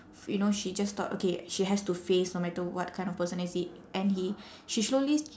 you know she just thought okay she has to face no matter what kind of person is he and he she slowly